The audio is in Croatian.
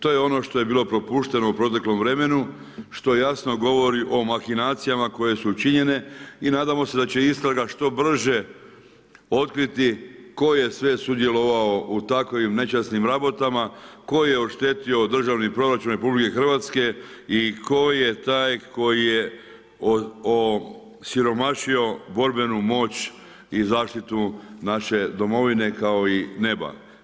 To je ono što je bilo propušteno u proteklom vremenu, što jasno govori o mahinacijama koje su učinjene i nadamo se da će istraga što brže otkriti, tko je sve sudjelovao u takvim nečasnim rabotama, tko je oštetio državni proračun RH i tko je taj koji je osiromašio borbenu moć i zaštitu naše domovine kao i neba.